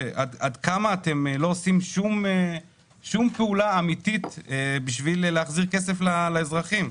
עד כמה אתם לא עושים שום פעולה אמיתית בשביל להחזיר כסף לאזרחים.